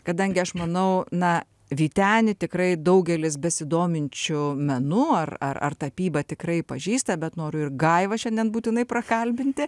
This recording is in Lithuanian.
kadangi aš manau na vytenį tikrai daugelis besidominčių menu ar ar ar tapyba tikrai pažįsta bet noriu ir gaivą šiandien būtinai prakalbinti